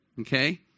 okay